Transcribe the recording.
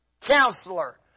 Counselor